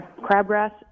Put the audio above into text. crabgrass